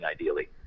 ideally